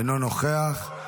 אינו נוכח.